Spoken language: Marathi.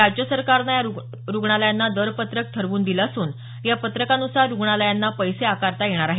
राज्य सरकारने या रुग्णालयांना दरपत्रक ठरवून दिले असून या पत्रकानुसार रुग्णालयांना पैसै आकारता येणार आहे